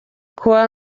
kuwa